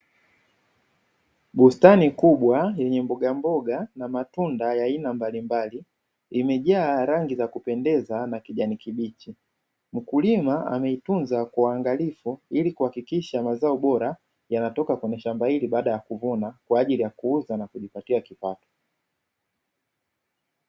Bustani kubwa yenye mbogamboga na matunda ya aina mbalimbali, imejaa rangi za kupendeza na kijani kibichi, mkulima ameitunza kwa uangalifu ili kuhakikisha mazao bora yanatoka kwenye shamba hili baada ya kuvuna kwa ajili ya kuuza na kujipatia kipato.